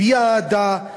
הביע אהדה,